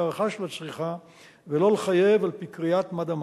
הערכה של הצריכה ולא לחייב על-פי קריאת מד המים.